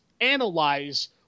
analyze